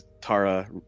Tara